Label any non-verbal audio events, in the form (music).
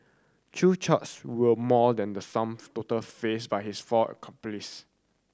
chew (unintelligible) were more than the sum total faced by his four accomplices